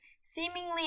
seemingly